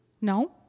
No